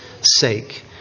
sake